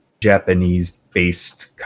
Japanese-based